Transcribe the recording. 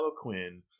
Quinn